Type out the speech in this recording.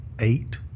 eight